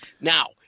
Now